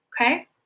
Okay